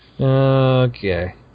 Okay